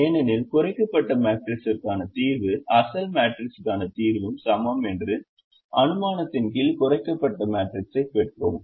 ஏனெனில் குறைக்கப்பட்ட மேட்ரிக்ஸிற்கான தீர்வு அசல் மேட்ரிக்ஸிற்கான தீர்வுக்கு சமம் என்ற அனுமானத்தின் கீழ் குறைக்கப்பட்ட மேட்ரிக்ஸைப் பெற்றோம்